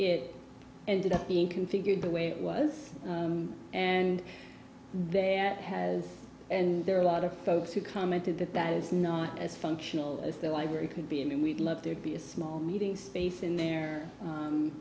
it ended up being configured the way it was and there has and there are a lot of folks who commented that that is not as functional as the library could be and we'd love there'd be a small meeting space in there